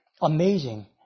Amazing